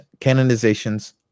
canonizations